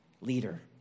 leader